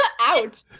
ouch